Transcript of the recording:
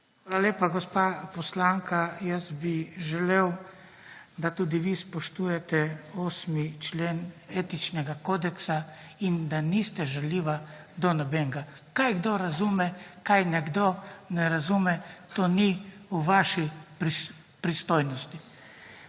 Hvala lepa. Gospa poslanka, jaz bi želel, da tudi vi spoštujete 8. člen etičnega kodeksa in da niste žaljiva do nobenega. Kaj kdo razume, kaj nekdo ne razume to ni v vaši pristojnosti.